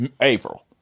April